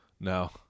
No